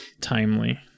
timely